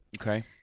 Okay